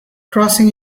crossing